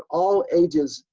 all ages,